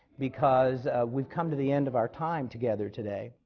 because we've come to the end of our time together today.